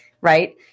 right